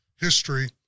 history